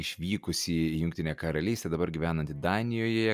išvykusi į jungtinę karalystę dabar gyvenanti danijoje